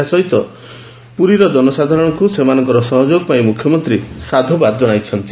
ଏହା ସହିତ ପୁରୀର ଜନସାଧାରଣଙ୍କୁ ସେମାନଙ୍କର ସହଯୋଗ ପାଇଁ ମୁଖ୍ୟମନ୍ତୀ ସାଧୁବାଦ ଜଣାଇଛନ୍ତି